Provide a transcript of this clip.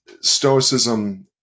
Stoicism